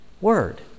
Word